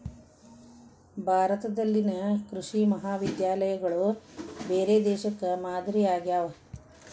ಭಾರತದಲ್ಲಿನ ಕೃಷಿ ಮಹಾವಿದ್ಯಾಲಯಗಳು ಬೇರೆ ದೇಶಕ್ಕೆ ಮಾದರಿ ಆಗ್ಯಾವ